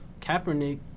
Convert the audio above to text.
Kaepernick